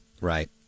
Right